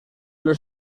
los